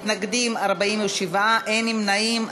מתנגדים, 47, אין נמנעים.